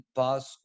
pass